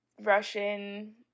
Russian